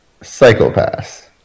psychopaths